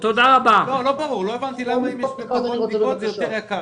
לא הבנתי למה אם יש פחות בדיקות זה יותר יקר.